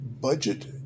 Budget